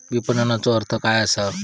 विपणनचो अर्थ काय असा?